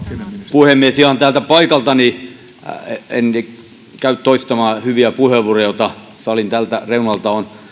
puhemies ihan täältä paikaltani puhun enkä käy toistamaan hyviä puheenvuoroja joita salin tältä reunalta on